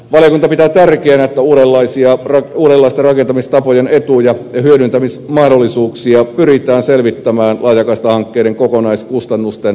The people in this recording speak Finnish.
valiokunta pitää tärkeänä että uudenlaisten rakentamistapojen etuja ja hyödyntämismahdollisuuksia pyritään selvittämään laajakaistahankkeiden kokonaiskustannusten madaltamiseksi